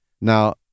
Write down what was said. Now